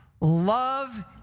love